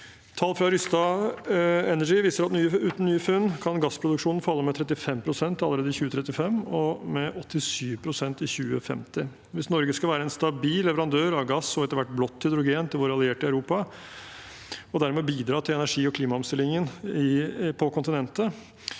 Tall fra Rystad Energy viser at uten nye funn kan gassproduksjonen falle med 35 pst. allerede i 2035, og med 87 pst. i 2050. Hvis Norge skal være en stabil leverandør av gass og etter hvert blått hydrogen til våre allierte i Europa, og dermed bidra til energi- og klimaomstillingen på kontinentet,